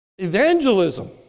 Evangelism